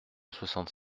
soixante